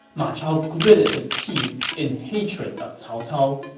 ma chao gritted his teeth in hatred of cao cao.